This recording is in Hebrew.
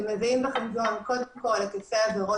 שמביאים בחשבון קודם כל היקפי עבירות